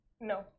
No